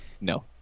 no